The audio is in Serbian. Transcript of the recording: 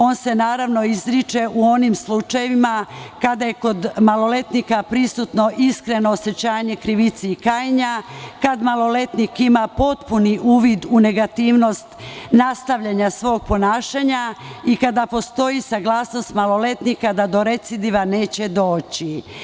On se, naravno, izriče u onim slučajevima kada je kod maloletnika prisutno iskreno osećanje krivice i kajanja, kada maloletnik ima potpuni uvid u negativnost nastavljanja svog ponašanja i kada postoji saglasnost maloletnika da do recidiva neće doći.